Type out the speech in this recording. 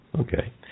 okay